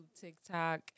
TikTok